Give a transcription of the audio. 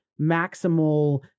maximal